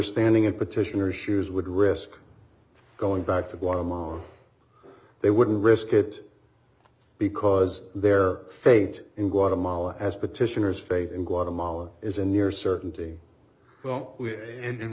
standing a petition or shoes would risk going back to guatemala they wouldn't risk it because their fate in guatemala as petitioners faith in guatemala is a near certainty well and